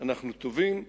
אנחנו טובים.